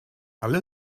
alle